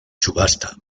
subasta